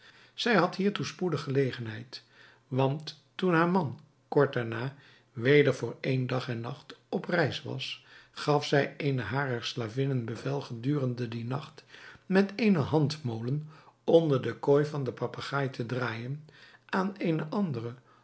zij had hiertoe spoedig gelegenheid want toen haar man kort daarna weder voor één dag en nacht op reis was gaf zij eene harer slavinnen bevel gedurende dien nacht met een handmolen onder de kooi van den papegaai te draaijen aan eene andere